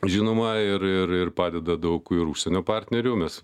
žinoma ir ir ir padeda daug užsienio partnerių mes